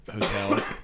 hotel